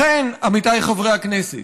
לכן, עמיתיי חברי הכנסת,